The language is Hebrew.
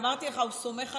אמרתי לך, הוא סומך עלינו.